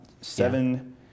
seven